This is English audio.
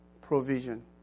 provision